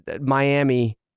Miami